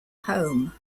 home